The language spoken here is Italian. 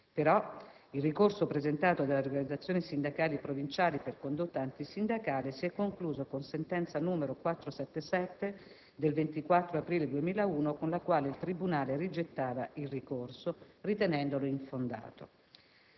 Però, il ricorso presentato dalle organizzazioni sindacali provinciali per condotta antisindacale si è concluso con sentenza n. 477 del 24 aprile 2001, con la quale il tribunale rigettava il ricorso ritenendolo infondato.